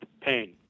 pain